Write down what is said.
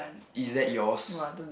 is that yours